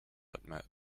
admit